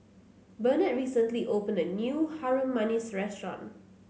Benard recently opened a new Harum Manis restaurant